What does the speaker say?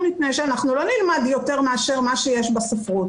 מפני שלא נלמד יותר מה שיש בספרות.